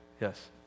Yes